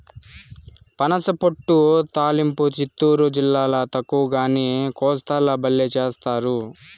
పనసపొట్టు తాలింపు చిత్తూరు జిల్లాల తక్కువగానీ, కోస్తాల బల్లే చేస్తారు